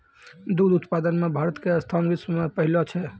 दुग्ध उत्पादन मॅ भारत के स्थान विश्व मॅ पहलो छै